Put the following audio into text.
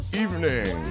evening